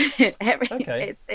okay